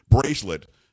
bracelet